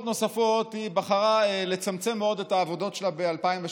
נוספות היא בחרה לצמצם מאוד את העבודות שלה ב-2018,